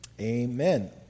Amen